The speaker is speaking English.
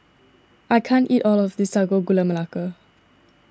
I can't eat all of this Sago Gula Melaka